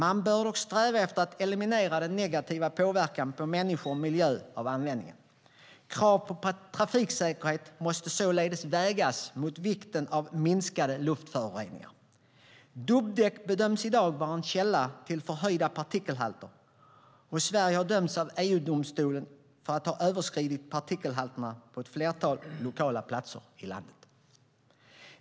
Man bör dock sträva efter att eliminera den negativa påverkan på människor och miljö av användningen. Krav på trafiksäkerhet måste således vägas mot vikten av minskade luftföroreningar. Dubbdäck bedöms i dag vara en källa till förhöjda partikelhalter, och Sverige har dömts av EU-domstolen för att ha överskridit partikelhalterna på ett flertal lokala platser i landet.